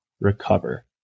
Recover